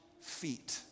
feet